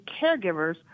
caregivers